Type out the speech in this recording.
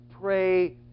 pray